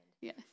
Yes